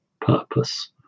purpose